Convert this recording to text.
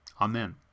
Amen